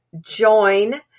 join